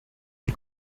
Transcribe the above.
die